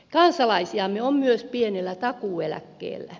kansalaisiamme on myös pienellä takuueläkkeellä